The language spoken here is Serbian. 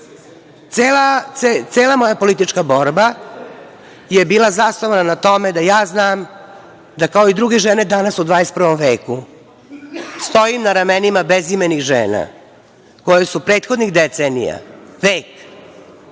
moja politička borba je bila zasnovana na tome da ja znam da kao i druge žene danas u 21. veku stoji na ramenima bezimenih žena koje su prethodnih decenija, vek